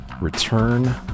return